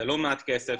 זה לא מעט כסף,